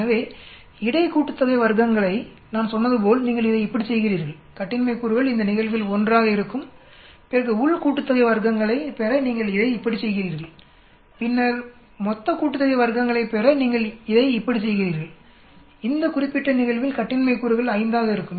எனவே வர்க்கங்களின் இடை கூட்டுத்தொகையை நான் சொன்னது போல் நீங்கள் இதைஇப்படிச் செய்கிறீர்கள் கட்டின்மை கூறுகள் இந்த நிகழ்வில் 1 ஆக இருக்கும் பிறகு வர்க்கங்களின் உள் கூட்டுத்தொகையை பெற நீங்கள் இதை இப்படிச் செய்கிறீர்கள் பின்னர் வர்க்கங்களின் மொத்த கூட்டுத்தொகையை பெற இதை நீங்கள் இப்படி செய்கிறீர்கள் இந்த குறிப்பிட்ட நிகழ்வில் கட்டின்மை கூறுகள் 5 ஆக இருக்கும்